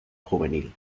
juvenil